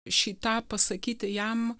šį tą pasakyti jam